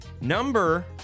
Number